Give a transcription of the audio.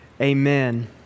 amen